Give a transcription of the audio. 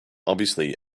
obviously